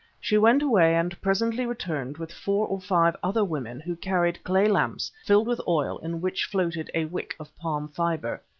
she went away and presently returned with four or five other women who carried clay lamps filled with oil in which floated a wick of palm fibre.